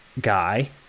guy